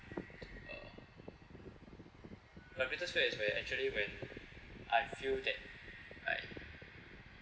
uh my greatest fear is where actually when I feel that like